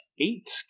eight